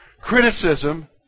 Criticism